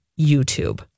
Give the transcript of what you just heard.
YouTube